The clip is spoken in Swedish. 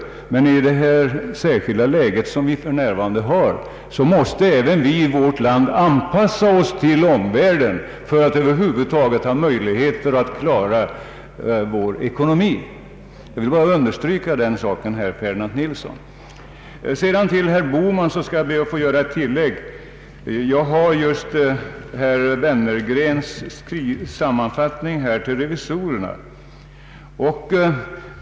Men i det särskilda läge som för närvarande råder måste även vi i vårt land anpassa oss till omvärlden för att över huvud taget ha möjligheter att klara vår ekonomi. Jag vill understryka den saken, herr Ferdinand Nilsson. Jag vill göra ett tillägg till mitt svar till herr Bohman. Jag har här i min hand Wennergrens sammanfattning till revisorerna.